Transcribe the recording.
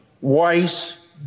Weiss